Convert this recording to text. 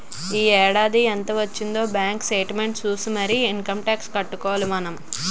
ఈ ఏడాది ఎంత వొచ్చిందే బాంకు సేట్మెంట్ సూసి మరీ ఇంకమ్ టాక్సు కట్టుకోవాలి మనం